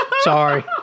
Sorry